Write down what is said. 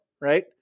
Right